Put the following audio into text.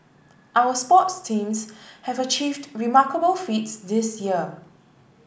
our sports teams have achieved remarkable feats this year